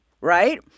right